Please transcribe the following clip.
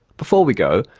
before we go,